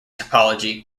topology